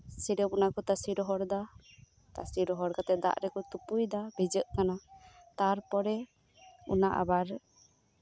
ᱤᱨᱚᱢ ᱚᱱᱟ ᱠᱚ ᱛᱟᱥᱮ ᱨᱚᱦᱚᱲ ᱫᱟ ᱛᱟᱥᱮ ᱨᱚᱦᱚᱲ ᱠᱟᱛᱮᱜ ᱫᱟᱜ ᱨᱮᱠᱚ ᱛᱩᱯᱩᱭ ᱫᱟ ᱪᱮᱫ ᱠᱟᱱᱟ ᱛᱟᱨᱯᱚᱨᱮ ᱚᱱᱟ ᱟᱵᱟᱨ